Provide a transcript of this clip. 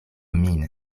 min